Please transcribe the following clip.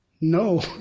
no